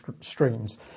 streams